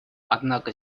однако